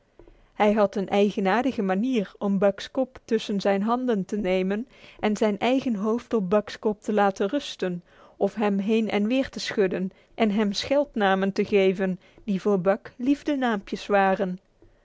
hij had een eigenaardige manier om buck's kop tussen zijn handen te nemen en zijn eigen hoofd op buck's kop te laten rusten of hem heen en weer te schudden en hem scheldnamen te geven die voor buck liefdenaampjes waren